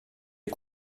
est